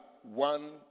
one